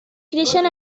creixen